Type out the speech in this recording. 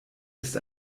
ist